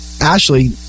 ashley